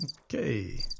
Okay